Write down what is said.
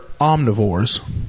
omnivores